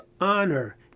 honor